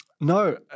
No